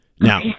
Now